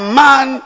man